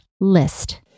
list